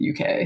UK